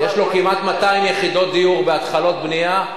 יש לו כמעט 200 יחידות דיור בהתחלות בנייה,